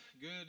good